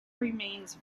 remains